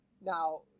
Now